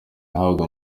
ahabwa